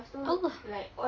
allah